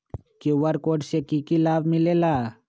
QR code से कि कि लाव मिलेला?